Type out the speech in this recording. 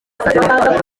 kizagere